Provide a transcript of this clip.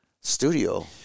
studio